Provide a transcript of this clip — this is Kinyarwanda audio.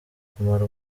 kumara